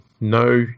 no